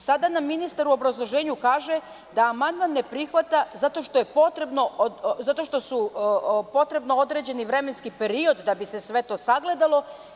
Sada nam ministar u obrazloženju kaže da amandman ne prihvata zato što je potreban određeni vremenski period da bi se sve to sagledalo.